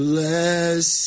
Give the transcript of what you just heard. Bless